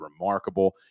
remarkable